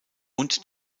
und